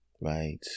Right